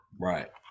Right